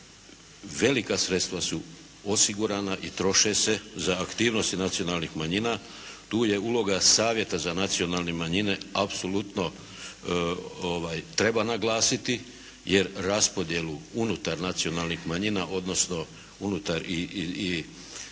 velika sredstva su osigurana i troše se za aktivnosti nacionalnih manjina. Tu je uloga Savjeta za nacionalne manjine apsolutno treba naglasiti, jer raspodjelu unutar nacionalnih manjina odnosno unutar i